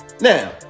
Now